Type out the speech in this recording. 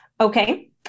okay